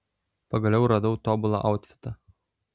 pagaliau radau tobulą autfitą